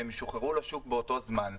והן ישוחררו לשוק באותו זמן.